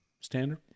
Standard